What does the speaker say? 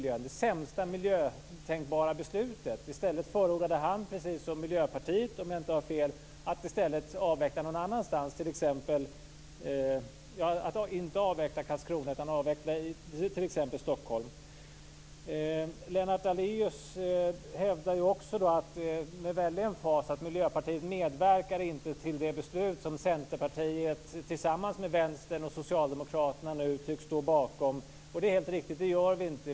Det är det sämsta tänkbara beslutet för miljön. Han förordade precis som Miljöpartiet, om jag inte har fel, att man inte skulle avveckla i Karlskrona utan t.ex. i Lennart Daléus hävdade också med en väldig emfas att Miljöpartiet inte medverkade till det beslut som Centerpartiet tillsammans med Vänstern och Socialdemokraterna nu tycks stå bakom. Det är helt riktigt. Det gjorde vi inte.